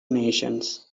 nations